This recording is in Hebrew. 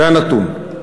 זה הנתון.